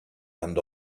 and